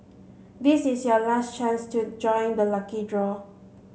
this is your last chance to join the lucky draw